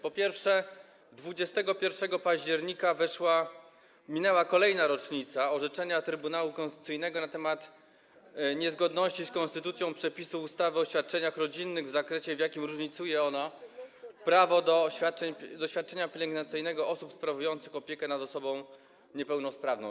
Po pierwsze, 21 października minęła kolejna rocznica wydania orzeczenia Trybunału Konstytucyjnego na temat niezgodności z konstytucją przepisu ustawy o świadczeniach rodzinnych w zakresie, w jakim różnicuje ona prawo do świadczenia pielęgnacyjnego osób sprawujących opiekę nad osobą niepełnosprawną.